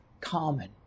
common